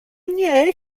nie